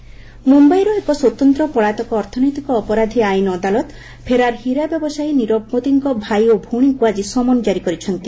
positive notice ମ୍ରମ୍ୟାଇର ଏକ ସ୍ୱତନ୍ତ୍ର ପଳାତକ ଅର୍ଥନୈତିକ ଅପରାଧୀ ଆଇନ୍ ଅଦାଲତ ଫେରାର୍ ହୀରା ବ୍ୟବସାୟୀ ନିରବ ମୋଦିଙ୍କ ଭାଇ ଓ ଭଉଣୀଙ୍କୁ ଆକି ସମନ କାରି କରିଛନ୍ତି